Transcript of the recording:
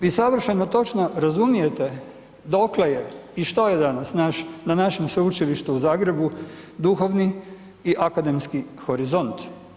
Vi savršeno točno razumijete dokle je i što je danas na našem Sveučilištu u Zagrebu duhovni i akademski horizont.